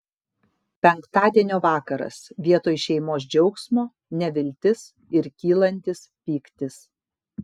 penktadienio vakaras vietoj šeimos džiaugsmo neviltis ir kylantis pyktis